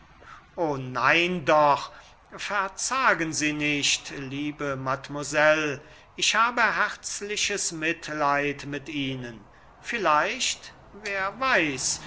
o nein doch verzagen sie nicht liebe mademoiselle ich habe herzliches mitleid mit ihnen vielleicht wer weiß